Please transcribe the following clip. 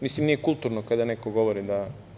Mislim nije kulturno kada neko govori da…